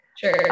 Sure